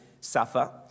suffer